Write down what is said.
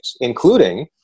including